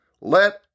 let